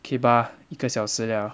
K bah 一个小时 liao